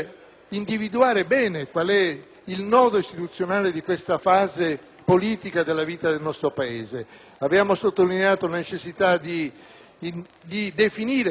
individuare bene il nodo istituzionale di questa fase politica della vita del nostro Paese. Abbiamo sottolineato la necessità di definire